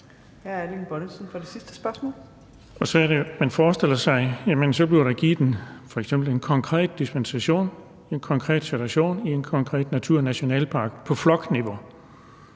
Erling Bonnesen (V): Så er det jo, at man forestiller sig, at der så bliver givet f.eks. en konkret dispensation i en konkret situation i en konkret naturnationalpark på flokniveau.